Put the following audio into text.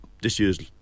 disused